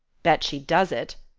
bet she does it!